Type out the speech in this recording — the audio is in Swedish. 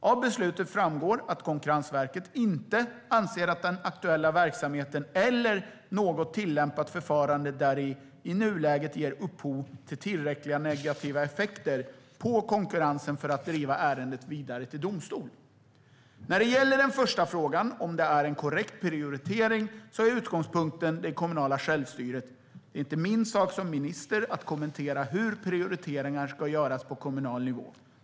Av beslutet framgår att Konkurrensverket inte anser att den aktuella verksamheten eller något tillämpat förfarande däri i nuläget ger upphov till tillräckliga negativa effekter på konkurrensen för att ärendet ska drivas vidare till domstol. När det gäller den första frågan, om det är en korrekt prioritering, är utgångpunkten det kommunala självstyret. Det är inte min sak som minister att kommentera hur prioriteringar ska göras på kommunal nivå.